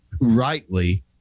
rightly